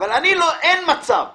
אין מצב שאתן,